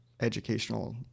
educational